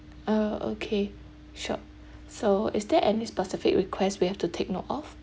oh okay sure so is there any specific request we have to take note of